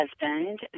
husband